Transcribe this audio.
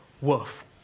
worth